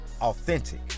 authentic